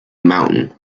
mountain